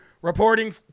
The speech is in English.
Reporting